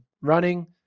running